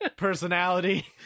personality